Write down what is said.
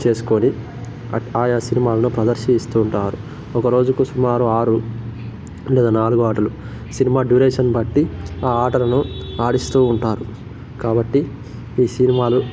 చేసుకొని ఆ ఆయా సినిమాల్లో ప్రదర్శిస్తుంటారు ఒక రోజుకు సుమారు ఆరు లేదా నాలుగు మాటులు సినిమా డ్యురేషన్ బట్టి ఆ ఆటలను ఆడిస్తూ ఉంటారు కాబట్టి ఈ సినిమాలు